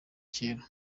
kera